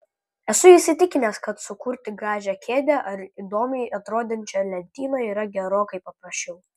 esu įsitikinęs kad sukurti gražią kėdę ar įdomiai atrodančią lentyną yra gerokai paprasčiau